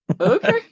Okay